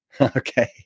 Okay